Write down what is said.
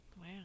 Wow